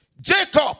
Jacob